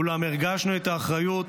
אולם הרגשנו את האחריות,